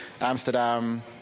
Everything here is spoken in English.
Amsterdam